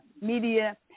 media